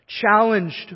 challenged